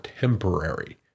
temporary